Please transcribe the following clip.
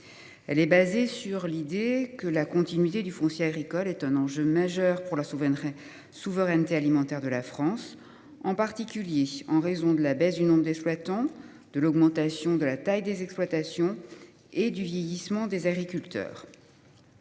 Elle a pour fondement l’idée que la continuité du foncier agricole est un enjeu majeur pour la souveraineté alimentaire de la France, en particulier en raison de la baisse du nombre d’exploitants, de l’augmentation de la taille des exploitations et du vieillissement des agriculteurs.